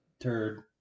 turd